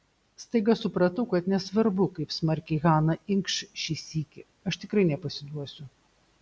staiga supratau kad nesvarbu kaip smarkiai hana inkš šį sykį aš tikrai nepasiduosiu